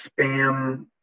spam